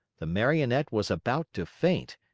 the marionette was about to faint,